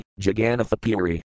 Jagannathapuri